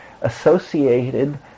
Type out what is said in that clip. associated